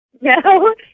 No